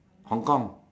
Hong Kong